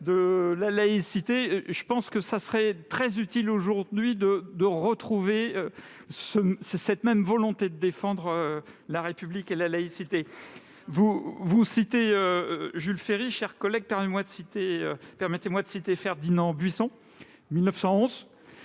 de la laïcité, et je pense qu'il serait très utile aujourd'hui de retrouver cette même volonté de défendre la République et la laïcité. Vous citez Jules Ferry, mon cher collègue ; permettez-moi de citer Ferdinand Buisson, en 1911,